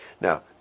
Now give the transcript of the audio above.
Now